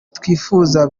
twifuzaga